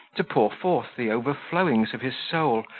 to pour forth the overflowings of his soul,